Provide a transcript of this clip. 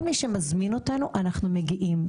כל מי שמזמין אותנו, אנחנו מגיעים.